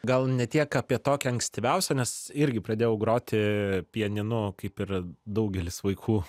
gal ne tiek apie tokią ankstyviausią nes irgi pradėjau groti pianinu kaip ir daugelis vaikų